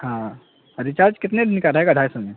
ہاں ریچارج کتنے دن کا رہے گا ڈھائی سو میں